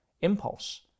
impulse